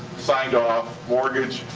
signed off, mortgaged,